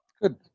Good